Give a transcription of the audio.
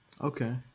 Okay